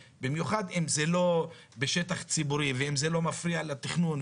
במיוחד אם זה לא בשטח ציבורי ואם זה לא מפריע לתכנון,